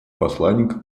посланника